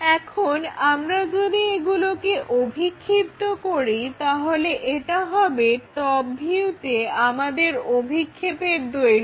এখন আমরা যদি এগুলোকে অভিক্ষিপ্ত করি তাহলে এটা হবে টপ ভিউতে আমাদের অভিক্ষেপের দৈর্ঘ্য